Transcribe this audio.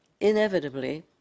inevitably